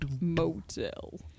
Motel